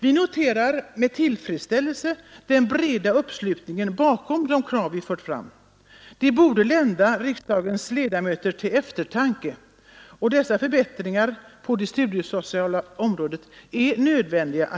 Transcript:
Vi noterar med tillfredsställelse den breda uppslutningen bakom de krav vi fört fram. Det borde lända riksdagens ledamöter till eftertanke. Dessa förbättringar på det studiesociala området är nödvändiga.